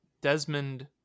Desmond